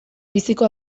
biziko